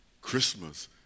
Christmas